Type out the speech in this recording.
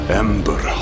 ember